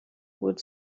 would